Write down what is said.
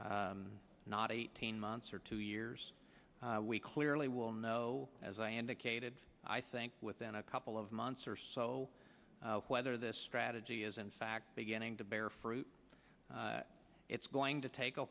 not eighteen months or two years we clearly will know as i indicated i think within a couple of months or so whether this strategy is in fact beginning to bear fruit it's going to take a